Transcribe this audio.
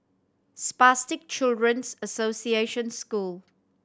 Spastic Children's Association School